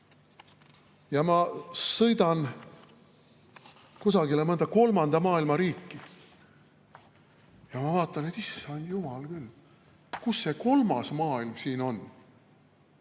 ja ma sõidan mõnda kolmanda maailma riiki. Ja ma vaatan, et issand jumal küll, kus see kolmas maailm siin on.